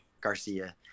Garcia